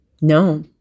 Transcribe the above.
No